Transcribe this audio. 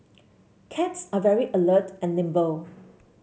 cats are very alert and nimble